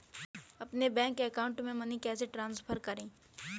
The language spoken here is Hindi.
अपने बैंक अकाउंट से मनी कैसे ट्रांसफर करें?